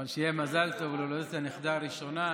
אבל שיהיה מזל טוב על הולדת הנכדה הראשונה.